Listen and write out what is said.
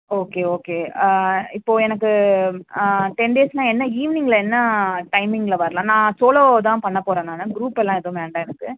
okay okay இப்போது எனக்கு ten days நான் என்ன ஈவினிங்கில் என்ன டைமிங்கில் வரலாம் நான் சோலோ தான் பண்ண போகிறேன் நான் க்ரூப் எல்லாம் எதுவும் வேண்டாம் எனக்கு